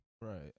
Right